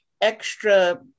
extra